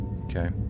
Okay